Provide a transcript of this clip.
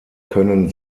können